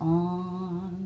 on